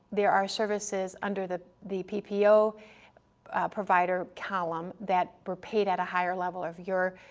there are services under the the ppo provider column that were paid at a higher level of your,